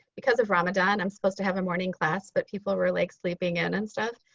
because of ramadan i'm supposed to have a morning class but people were like sleeping in and stuff.